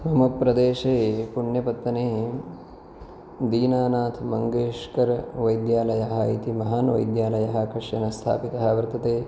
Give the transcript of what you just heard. मम प्रदेशे पुण्यपत्तने दीनानाथमङ्गेशकरवैद्यालयः इति महान् वैद्यालयः कश्चन स्थापितः वर्तते